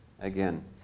again